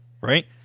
right